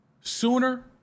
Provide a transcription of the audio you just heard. sooner